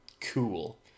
Cool